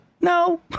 no